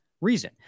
reason